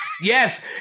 yes